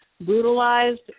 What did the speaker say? brutalized